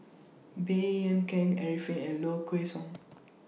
Baey Yam Keng Arifin and Low Kway Song